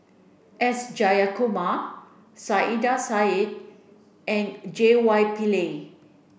S Jayakumar Saiedah Said and J Y Pillay